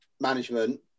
management